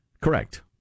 Correct